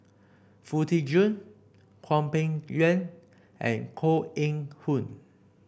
Foo Tee Jun Hwang Peng Yuan and Koh Eng Hoon